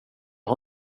har